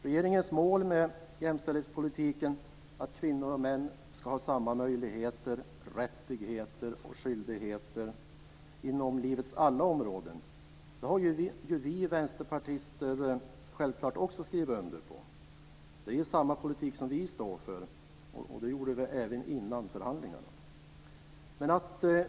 Regeringens mål med jämställdhetspolitiken, dvs. att kvinnor och män ska ha samma möjligheter, rättigheter och skyldigheter inom livets alla områden, har vi vänsterpartister självfallet också skrivit under. Det är samma politik som vi står för. Det gjorde vi även före förhandlingarna.